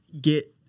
get